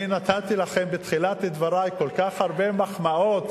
אני נתתי לכם בתחילת דברי כל כך הרבה מחמאות,